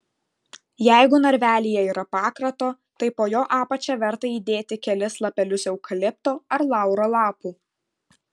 jeigu narvelyje yra pakrato tai po jo apačia verta įdėti kelis lapelius eukalipto ar lauro lapų